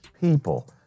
people